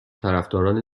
طرفداران